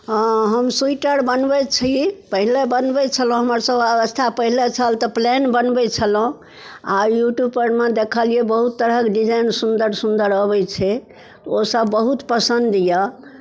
हँ हम स्वीटर बनबै छी पहिले बनबै छलहुँ हमरसभ अवस्था पहिले छल तऽ प्लेन बनबै छलहुँ आब यूट्यूबपर मे देखलियै बहुत तरहक डिजाइन सुन्दर सुन्दर अबै छै तऽ ओसभ बहुत पसन्द यए